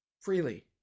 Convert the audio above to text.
Freely